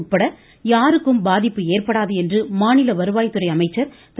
உட்பட யாருக்கும் பாதிப்பு ஏற்படாது என்று மாநில வருவாய் துறை அமைச்சர் திரு